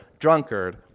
drunkard